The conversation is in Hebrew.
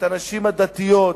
את הנשים הדתיות,